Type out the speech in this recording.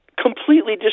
completely